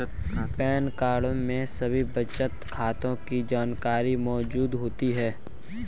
pan card में सभी बचत खातों की जानकारी मौजूद होती है